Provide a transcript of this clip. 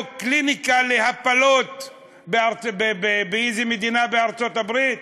קליניקה להפלות באיזו מדינה בארצות-הברית?